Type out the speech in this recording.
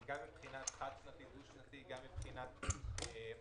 גם מבחינת תקציב חד-שנתי או דו-שנתי וגם מבחינת המדיניות.